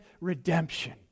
redemption